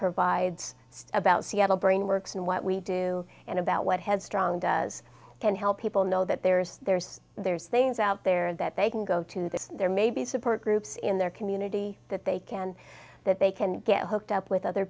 provides about seattle brain works and what we do and about what headstrong does and help people know that there's there's there's things out there that they can go to that there may be support groups in their community that they can that they can get hooked up with other